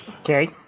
Okay